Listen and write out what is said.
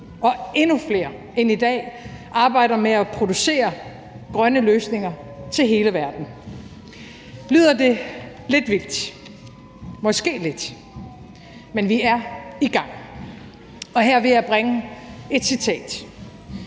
Og endnu flere end i dag arbejder med at producere grønne løsninger til hele verden. Lyder det lidt vildt? Måske lidt, men vi er i gang. Og her vil jeg bringe et citat: